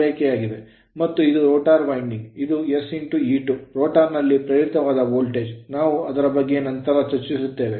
ಮತ್ತು ಇದು rotor winding ಇದು sE2 ರೋಟರ್ ನಲ್ಲಿ ಪ್ರೇರಿತವಾದ ವೋಲ್ಟೇಜ್ ನಾವು ಅದರ ಬಗ್ಗೆ ನಂತರ ಚರ್ಚಿಸುತ್ತೇವೆ